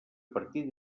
partir